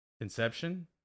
Inception